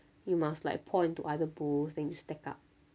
you must like pour into other bowl then you stack up